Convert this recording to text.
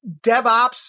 DevOps